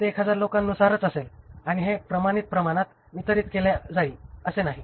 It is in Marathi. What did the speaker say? हे 1000 लोकांनुसारच असेल आणि हे प्रमाणित प्रमाणात वितरित केले जाईल असे नाही